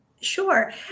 Sure